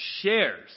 shares